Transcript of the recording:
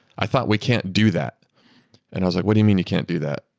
i thought we can't do that. and i was like, what do you mean you can't do that?